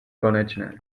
konečné